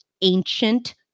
ancient